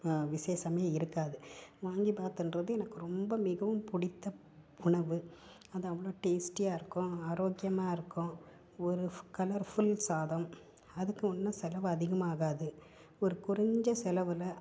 விசேஷம் இருக்காது வாங்கிபாத்துன்றது எனக்கு ரொம்ப மிகவும் பிடித்த உணவு அது அவ்வளோ டேஸ்ட்டியாக இருக்கும் ஆரோக்கியமாக இருக்கும் ஒரு கலர்ஃபுல் சாதம் அதுக்கு ஒன்றும் செலவு அதிகமாக ஆகாது ஒரு குறைஞ்ச செலவில்